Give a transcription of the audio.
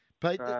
Pete